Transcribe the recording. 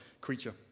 creature